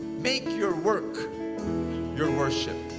make your work your worship.